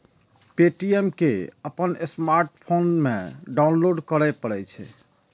Paytm कें अपन smartphone मे डाउनलोड करय पड़ै छै